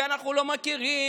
ואנחנו לא מכירים,